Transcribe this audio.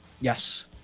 Yes